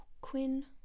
Quinn